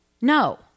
No